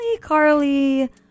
Carly